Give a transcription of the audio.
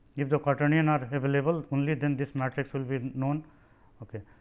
if the quaternion are available only, then this matrix will be known ok.